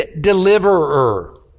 deliverer